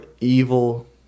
evil